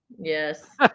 Yes